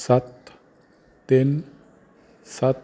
ਸੱਤ ਤਿੰਨ ਸੱਤ